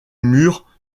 mur